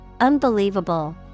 unbelievable